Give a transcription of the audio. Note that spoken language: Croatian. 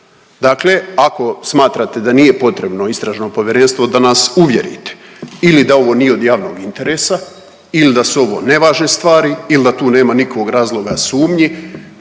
Dakle ako smatrate da nije potrebno istražno povjerenstvo da nas uvjerite ili da ovo nije od javnog interesa ili da su ovo nevažne stvari ili da tu nema nikakvog razloga sumnji.